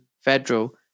federal